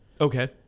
Okay